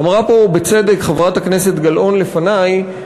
אמרה פה בצדק חברת הכנסת גלאון לפנַי,